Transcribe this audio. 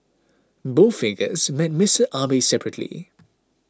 both figures met Mister Abe separately